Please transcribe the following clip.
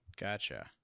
Gotcha